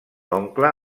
oncle